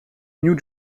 new